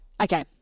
Okay